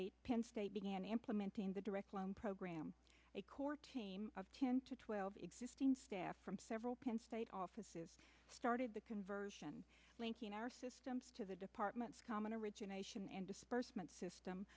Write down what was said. eight penn state began implementing the direct loan program a core team of ten to twelve existing staff from several penn state offices started the conversion linking our systems to the department's common origination and disbursement system